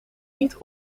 niet